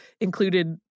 included